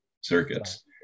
circuits